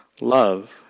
love